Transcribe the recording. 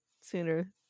sooner